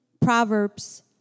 Proverbs